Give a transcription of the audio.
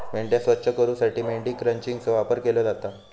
मेंढ्या स्वच्छ करूसाठी मेंढी क्रचिंगचो वापर केलो जाता